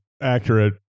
accurate